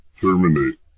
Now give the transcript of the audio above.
Terminate